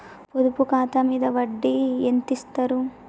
పొదుపు ఖాతా మీద వడ్డీ ఎంతిస్తరు?